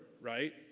right